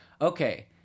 okay